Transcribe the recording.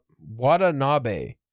Watanabe